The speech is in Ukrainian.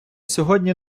сьогодні